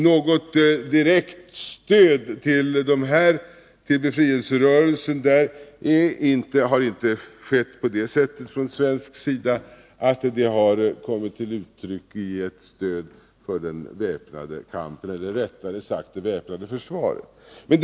Något direkt stöd till befrielserörelsen där har ifite givits från svensk sida på sådant sätt att det har inneburit ett stöd för den väpnade kampen -— eller rättare sagt det väpnade försvaret.